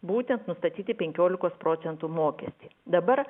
būtent nustatyti penkiolikos procentų mokestį dabar